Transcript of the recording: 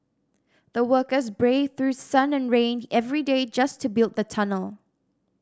the workers braved through sun and rain every day just to build the tunnel